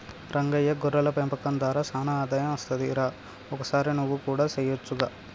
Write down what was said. రంగయ్య గొర్రెల పెంపకం దార సానా ఆదాయం అస్తది రా ఒకసారి నువ్వు కూడా సెయొచ్చుగా